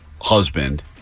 husband